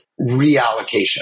reallocation